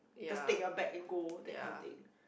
just take your bag and go that kind of thing